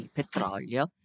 petrolio